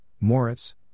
Moritz